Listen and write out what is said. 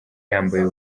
yambaye